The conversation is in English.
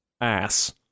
ass